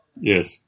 Yes